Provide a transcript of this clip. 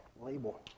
label